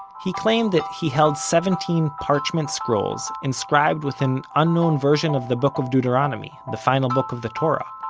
he claimed that he held seventeen parchment scrolls inscribed with an unknown version of the book of deuteronomy, the final book of the torah,